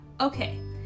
Okay